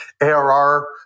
ARR